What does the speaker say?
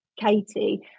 Katie